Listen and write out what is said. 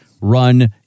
run